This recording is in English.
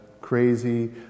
crazy